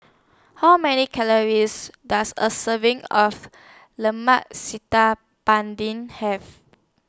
How Many Calories Does A Serving of Lemak Ban Ding Have